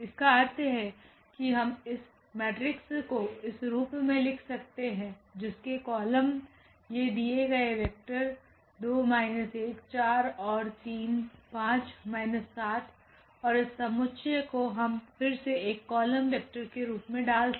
इसका अर्थ है कि हम इस मेट्रिक्स को इस रूप में लिख सकते हैं जिसके कॉलम ये दिए गए वेक्टर 2 1 4 और 3 5 3 और इस समुच्चय को हम फिर से एक कॉलम वेक्टर के रूप में डाल सकते हैं